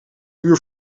uur